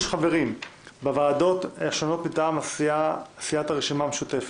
חברים בוועדות השונות מטעם סיעת הרשימה המשותפת.